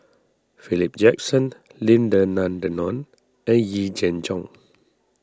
Philip Jackson Lim Denan Denon and Yee Jenn Jong